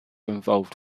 involved